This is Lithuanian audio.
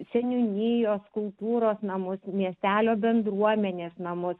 seniūnijos kultūros namus miestelio bendruomenės namus